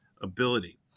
ability